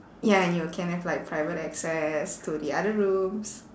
ya and you can have like private access to the other rooms